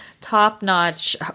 top-notch